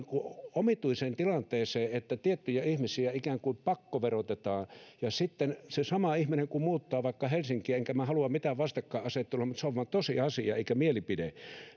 omituiseen tilanteeseen että tiettyjä ihmisiä ikään kuin pakkoverotetaan ja sitten se sama ihminen kun muuttaa vaikka helsinkiin enkä minä halua mitään vastakkainasettelua mutta se on vain tosiasia eikä mielipide